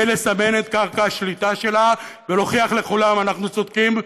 לסמן את קרקע השליטה שלה ולהוכיח לכולם: אנחנו צודקים,